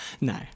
No